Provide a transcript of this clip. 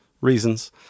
reasons